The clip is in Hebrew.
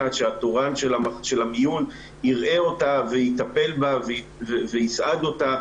שהתורן של המיון יראה אותה ויטפל בה ויסעד אותה,